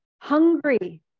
hungry